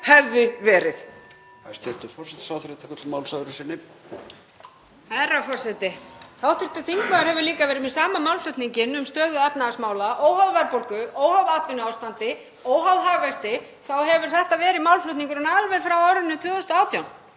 Herra forseti. Hv. þingmaður hefur líka verið með sama málflutninginn um stöðu efnahagsmála — óháð verðbólgu, óháð atvinnuástandi, óháð hagvexti hefur þetta verið málflutningurinn alveg frá árinu 2018.